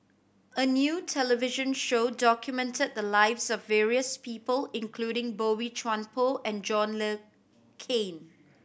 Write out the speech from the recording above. a new television show documented the lives of various people including Boey Chuan Poh and John Le Cain